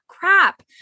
crap